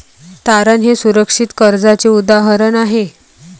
तारण हे सुरक्षित कर्जाचे उदाहरण आहे